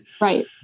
right